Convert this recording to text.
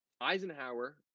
Eisenhower